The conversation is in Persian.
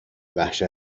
وحشت